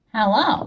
Hello